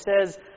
says